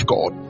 God